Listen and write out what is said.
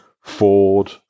Ford